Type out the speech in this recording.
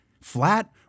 flat